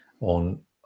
on